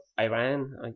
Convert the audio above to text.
Iran